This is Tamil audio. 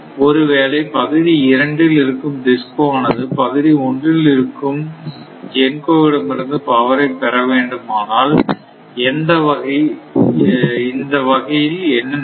ஒருவேளை பகுதி இரண்டில் இருக்கும் DISCO ஆனது பகுதி ஒன்றில் இருக்கும் GENCO விடம் இருந்து பவரை பெற வேண்டுமானால் இந்த வகையில் என்ன நடக்கும்